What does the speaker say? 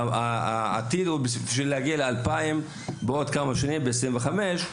הכוונה להגיע ל-2,000 ב-2025.